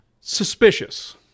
suspicious